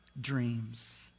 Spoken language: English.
dreams